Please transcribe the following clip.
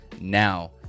now